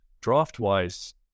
draft-wise